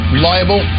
Reliable